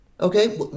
Okay